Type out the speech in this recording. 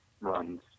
runs